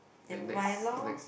then next next